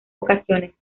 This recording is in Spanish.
ocasiones